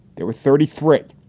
there were thirty three.